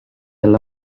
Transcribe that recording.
alla